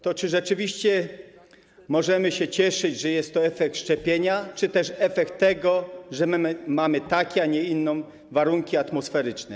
To czy rzeczywiście możemy się cieszyć, że jest to efekt szczepienia czy też efekt tego, że my mamy takie, a nie inne warunki atmosferyczne?